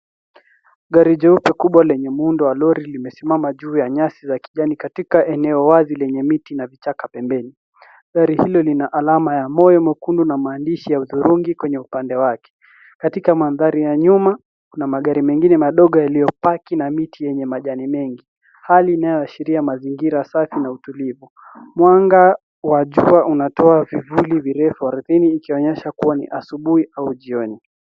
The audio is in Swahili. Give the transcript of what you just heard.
Gari jeupe kubwa lenye muundo wa lori limesimama juu ya nyasi za kijani katika eneo wazi lenye miti na vichaka pembeni. Gari hilo lina alama ya moyo mwekundu na maandishi ya hudhurungi kwenye upande wake. Katika mandhari ya nyuma, kuna magari mengine madogo yaliyopaki na miti yenye majani mengi, hali inayoashiria mazingira safi na utulivu. Mwanga wa jua unatoa vivuli virefu ardhini ikionyesha kuwa ni asubuhi au jioni.